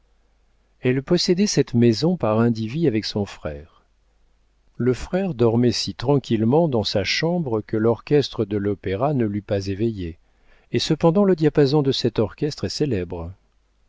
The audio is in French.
elle possédait cette maison par indivis avec son frère le frère dormait si tranquillement dans sa chambre que l'orchestre de l'opéra ne l'eût pas éveillé et cependant le diapason de cet orchestre est célèbre